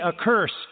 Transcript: accursed